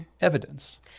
evidence